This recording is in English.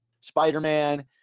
Spider-Man